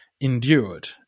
endured